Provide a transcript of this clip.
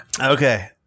Okay